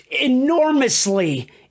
Enormously